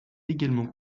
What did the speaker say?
également